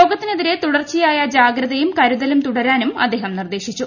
രോഗത്തിനെതിരെ തുടർച്ചയായ ജാഗ്രതയും കരുതലും തുടരാനും അദ്ദേഹം നിർദേശിച്ചു